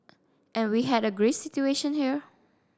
and we had a Greece situation here